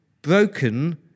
broken